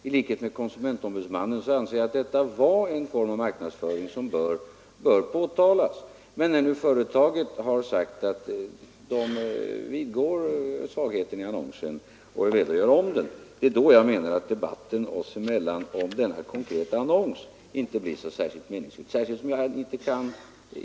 I likhet med konsumentsombudsmannen anser jag att den här annonsen var en form av marknadsföring som bör påtalas, men när företaget vidgått svagheterna i annonsen och är berett att ändra den, anser jag att debatten oss emellan om denna konkreta annons inte blir särskilt meningsfull.